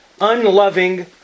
unloving